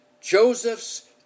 Joseph's